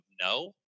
no